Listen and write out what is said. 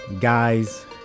guys